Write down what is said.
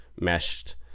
meshed